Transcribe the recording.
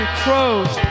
crows